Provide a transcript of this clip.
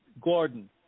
Gordon